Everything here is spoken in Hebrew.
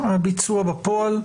הביצוע בפועל.